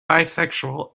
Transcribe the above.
bisexual